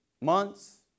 months